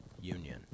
Union